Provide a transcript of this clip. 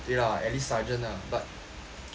对啦 at least sergeant ah but